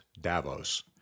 Davos